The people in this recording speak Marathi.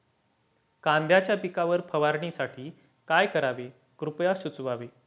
कांद्यांच्या पिकावर फवारणीसाठी काय करावे कृपया सुचवावे